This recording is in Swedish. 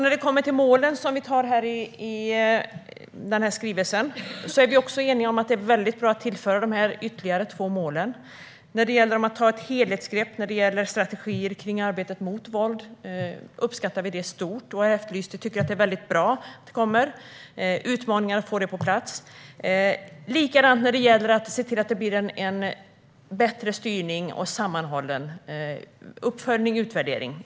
När det gäller målen i skrivelsen är vi eniga om att det är väldigt bra att tillföra dessa två ytterligare mål. Vi uppskattar mycket helhetsgreppet för strategier i arbetet mot våld. Det är en utmaning att få det på plats. Vi uppskattar också att det ska bli en bättre styrning och sammanhållen uppföljning och utvärdering.